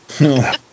No